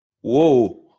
Whoa